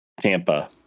Tampa